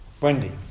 Wendy